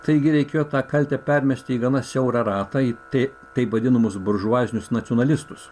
taigi reikėjo tą kaltę permesti į gana siaurą ratą į tai taip vadinamus buržuazinius nacionalistus